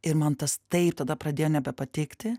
ir man tas taip tada pradėjo nebepatikti